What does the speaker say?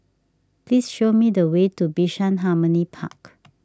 please show me the way to Bishan Harmony Park